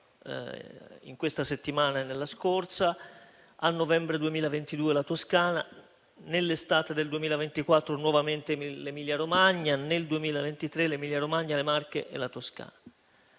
in questa settimana e nella scorsa, a novembre 2022 la Toscana, nell'estate del 2024 nuovamente l'Emilia-Romagna, nel 2023 l'Emilia-Romagna, le Marche e la Toscana.